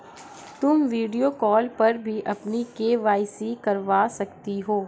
तुम video call पर भी अपनी के.वाई.सी करवा सकती हो